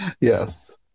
Yes